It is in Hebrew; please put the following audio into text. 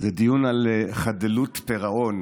זה דיון על חדלות פירעון,